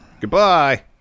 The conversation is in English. Goodbye